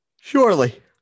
Surely